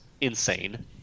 insane